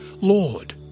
Lord